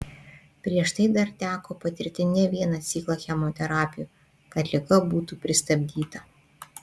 prieš tai dar teko patirti ne vieną ciklą chemoterapijų kad liga būtų pristabdyta